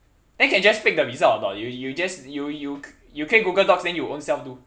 then can just fake the result or not you you just you you you create google docs then you own self do